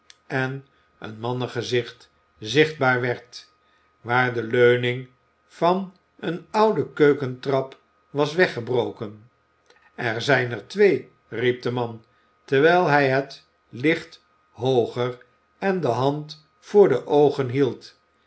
en een mannengezicht zichtbaar werd waar de leuning van een oude keukentrap was weggebroken er zijn er twee riep de man terwijl hij het licht hooger en de hand voor de oogen hield